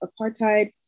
apartheid